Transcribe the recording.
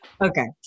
okay